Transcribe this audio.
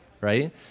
right